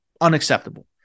unacceptable